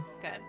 good